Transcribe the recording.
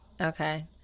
Okay